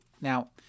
now